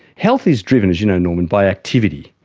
health is driven, as you know norman, by activity.